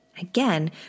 Again